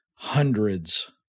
hundreds